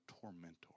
tormentor